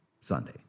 Sunday